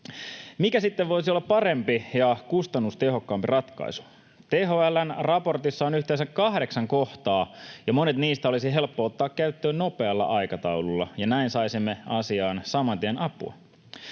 Mikä sitten voisi olla parempi ja kustannustehokkaampi ratkaisu? THL:n raportissa on yhteensä kahdeksan kohtaa, ja monet niistä olisi helppo ottaa käyttöön nopealla aikataululla, ja näin saisimme asiaan saman tien apua.